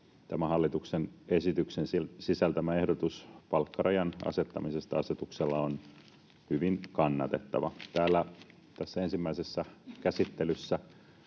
hallituksen esityksen sisältämä ehdotus palkkarajan asettamisesta asetuksella on hyvin kannatettava. Täällä tässä ensimmäisessä käsittelyssä